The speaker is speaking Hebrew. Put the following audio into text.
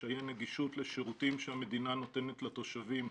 קשיי נגישות לשירותים שהמדינה נותנת לתושבים,